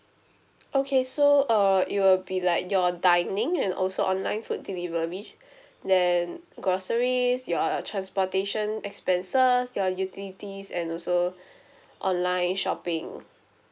okay so uh it will be like your dining and also online food delivery sh~ then groceries your transportation expenses your utilities and also online shopping